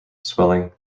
swelling